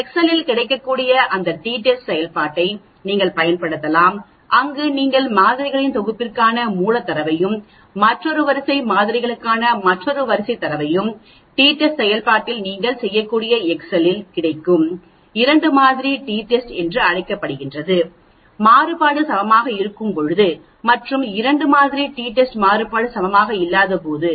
Excel இல் கிடைக்கக்கூடிய அந்த டி டெஸ்ட் செயல்பாட்டை நீங்கள் பயன்படுத்தலாம் அங்கு நீங்கள் மாதிரிகளின் தொகுப்பிற்கான மூல தரவையும் மற்றொரு வரிசை மாதிரிகளுக்கான மற்றொரு வரிசை தரவையும் டி டெஸ்ட் செயல்பாட்டில் நீங்கள் செய்யக்கூடிய எக்செல் இல் கிடைக்கும் இரண்டு மாதிரி டி டெஸ்ட் என்று அழைக்கப்படுகிறது மாறுபாடு சமமாக இருக்கும்போது மற்றும் 2 மாதிரி டி டெஸ்ட் மாறுபாடு சமமாக இல்லாதபோது